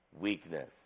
weakness